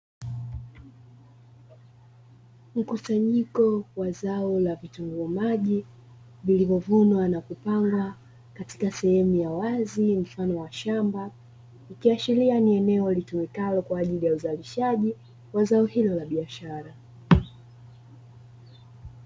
Mkusanyiko wa zao la vitunguu maji vilivyovunwa na kupangwa katika sehemu ya wazi mfano wa shamba, ikiashiria ni eneo litumikalo kwa ajili ya uzalishaji wa zao hilo la biashara.